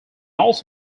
also